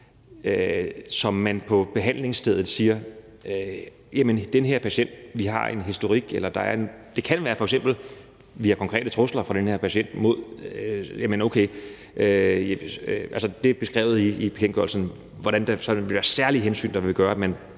Hvis man på behandlingsstedet siger, at der er en historik med den pågældende patient – det kan f.eks. være via konkrete trusler fra den her patient – så er det beskrevet i bekendtgørelsen, hvordan der så vil være særlige hensyn, der vil gøre, at man